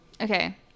Okay